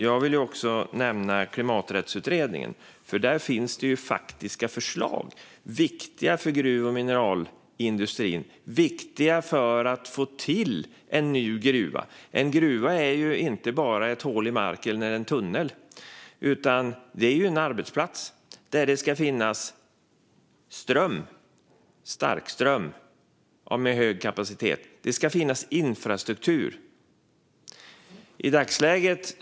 Jag vill också nämna Klimaträttsutredningen där det finns faktiska förslag som är viktiga för gruv och mineralindustrin och för att få till en ny gruva. En gruva är ju inte bara ett hål i marken eller en tunnel, utan det är en arbetsplats där det ska finnas ström - starkström med stark kapacitet - och infrastruktur.